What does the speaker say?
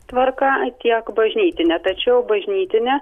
tvarka tiek bažnytine tačiau bažnytinė